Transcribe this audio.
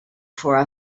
for